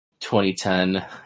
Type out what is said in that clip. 2010